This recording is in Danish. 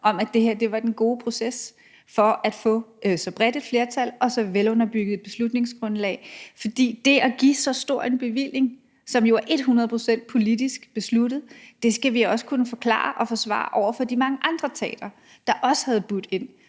været enige om var den gode proces for at få så bredt et flertal og så velunderbygget et beslutningsgrundlag, fordi det at give så stor en bevilling, som jo er et hundrede procent politisk besluttet, skal vi også kunne forklare og forsvare over for de mange andre teatre, der også havde budt ind